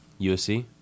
USC